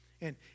And